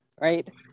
right